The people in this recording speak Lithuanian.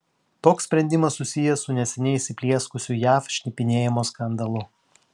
toks sprendimas susijęs su neseniai įsiplieskusiu jav šnipinėjimo skandalu